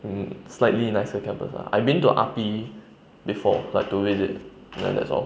mm slightly nicer campus ah I been to R_P before like to visit then that's all